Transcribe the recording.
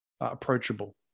approachable